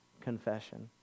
confession